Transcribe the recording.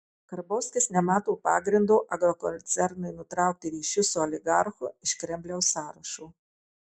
karbauskis nemato pagrindo agrokoncernui nutraukti ryšius su oligarchu iš kremliaus sąrašo